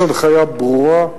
יש הנחיה ברורה,